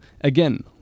again